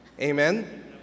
Amen